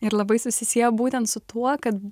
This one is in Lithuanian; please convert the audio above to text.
ir labai susisieja būtent su tuo kad